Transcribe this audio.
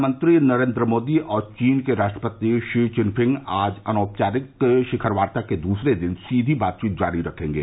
प्रधानमंत्री नरेन्द्र मोदी और चीन के राष्ट्रपति षी चिनफिंग आज अनौपचारिक शिखर वार्ता के दूसरे दिन सीधी बातचीत जारी रखेंगे